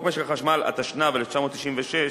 משק החשמל, התשנ"ב 1996,